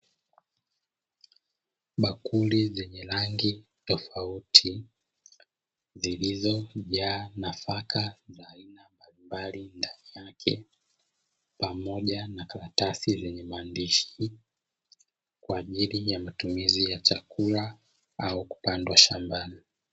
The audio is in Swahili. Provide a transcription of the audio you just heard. Bakuli zenye rangi tofauti zilizojaa nafaka za aina mbalimbali ndani yake pamoja na karatasi zenye maandishi kwa ajili ya matumizi ya chakula au kupandwa shambani.